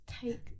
take